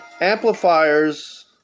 Amplifiers